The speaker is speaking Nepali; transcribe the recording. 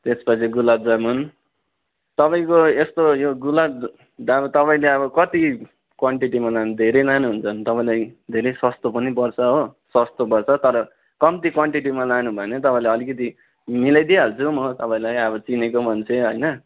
त्यसपछि गुलाबजामुन तपाईँको यस्तो यो गुलाबजामुन तपाईँले अब कति क्वान्टिटीमा लानु धेरै लानुहुन्छ भने तपाईँलाई धेरै सस्तो पनि पर्छ हो सस्तो पर्छ तर कम्ती क्वान्टिटीमा लानुभयो भने तपाईँलाई अलिकति मिलाइदिइहाल्छु म तपाईँलाई अब चिनेकै मान्छे हैन